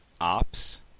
Ops